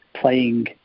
playing